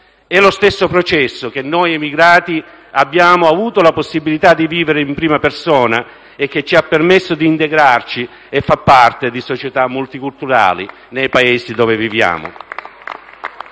È lo stesso processo che noi emigrati abbiamo avuto la possibilità di vivere in prima persona e che ci ha permesso di integrarci e far parte di società multiculturali nei Paesi dove viviamo.